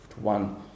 One